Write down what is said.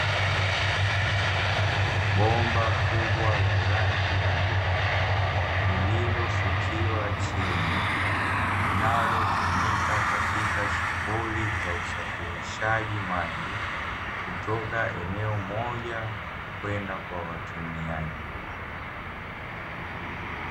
Bomba kubwa la rangi ya bluu lililofukiwa chini, linalotumika katika shughuli za usafirishaji maji, kutoka eneo moja kwenda kwa watumiaji.